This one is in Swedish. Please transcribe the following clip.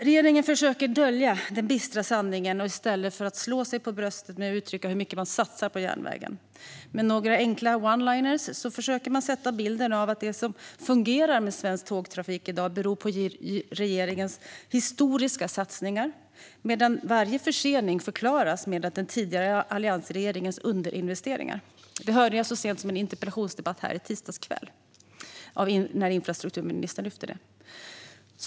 Regeringen försöker dölja den bistra sanningen och i stället slå sig för bröstet med hur mycket man satsar på järnvägen. Med några enkla oneliners försöker man sätta bilden att det som fungerar med svensk tågtrafik i dag beror på regeringens "historiska satsningar" medan varje försening förklaras av den tidigare alliansregeringens underinvesteringar. Så sent som i en interpellationsdebatt här i tisdags kväll hörde jag infrastrukturministern ge uttryck för det.